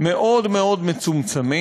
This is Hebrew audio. מאוד מאוד מצומצמת.